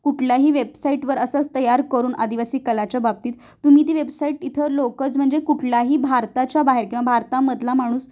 कुठल्याही वेबसाईटवर असंच तयार करून आदिवासी कलेच्या बाबतीत तुम्ही ती वेबसाईट इथं लोकंच म्हणजे कुठलाही भारताच्या बाहेर किंवा भारतामधला माणूस